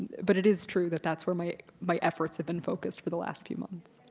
but it is true that that's where my my efforts have been focused for the last few months.